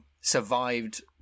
Survived